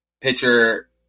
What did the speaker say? pitcher